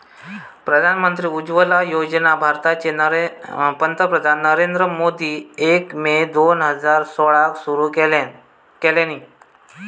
प्रधानमंत्री उज्ज्वला योजना भारताचे पंतप्रधान नरेंद्र मोदींनी एक मे दोन हजार सोळाक सुरू केल्यानी